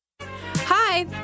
Hi